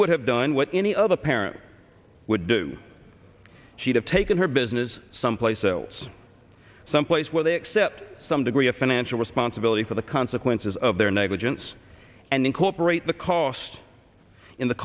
would have done what any other parent would do she'd have taken her business someplace else someplace where they accept some degree of financial responsibility for the consequences of their negligence and incorporate the cost in the